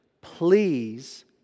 Please